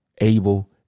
ABLE